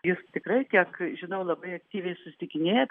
jis tikrai tiek žinau labai aktyviai susitikinėja